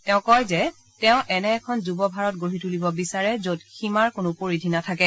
তেওঁ কয় যে তেওঁ এনে এখন যুৱ ভাৰত গঢ়ি তুলিব বিচাৰে য'ত সীমাৰ কোনো পৰিধি নাথাকে